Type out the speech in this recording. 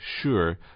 sure